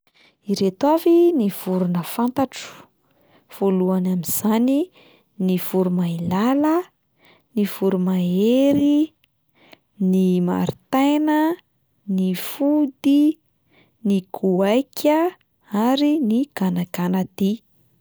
Ireto avy ny vorona fantatro: voalohany amin'izany ny voromailala, ny voromahery, ny maritaina, ny fody, ny goaika ary ny ganaganadia.